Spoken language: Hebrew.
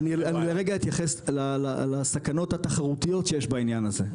אבל אני לרגע אתייחס לסכנות התחרותיות שיש בעניין הזה,